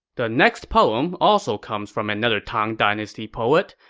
the next poem also comes from another tang dynasty poet,